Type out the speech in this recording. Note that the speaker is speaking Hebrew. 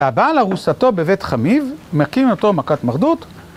הבעל ארוסתו בבית חמיב, מכים אותו מכת מרדות.